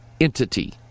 entity